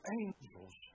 angels